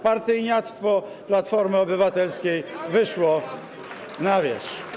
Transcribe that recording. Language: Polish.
Partyjniactwo Platformy Obywatelskiej wyszło na wierzch.